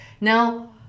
Now